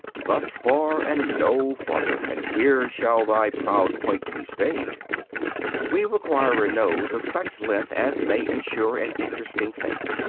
thus far, and no farther and here shall thy proud point be stayed we require a nose of such length as may ensure an interesting face.